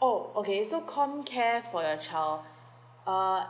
oh okay so com care for your child uh